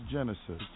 Genesis